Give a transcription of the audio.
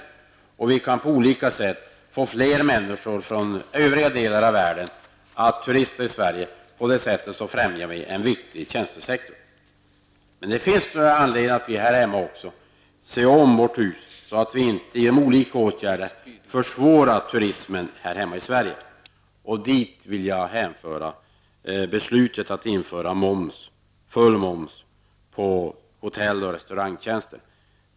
På olika sätt kan vi också få fler människor från övriga delar av världen att turista i Sverige. Därigenom främjar vi en viktig tjänstesektor. Jag tror att vi här i Sverige också har anledning att se om vårt hus, så att vi inte genom olika åtgärder försvårar turismen här hemma. Jag tänker då på beslutet om införandet av full moms på hotell och restaurangtjänster.